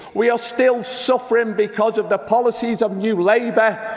we are still suffering because of the policies of new labour,